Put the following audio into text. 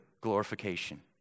glorification